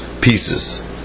pieces